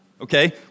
okay